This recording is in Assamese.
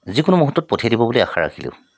যিকোনো মূহুৰ্তত পঠিয়াই দিব বুলি আশা ৰাখিলোঁ